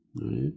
right